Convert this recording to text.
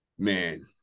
Man